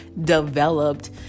developed